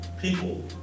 people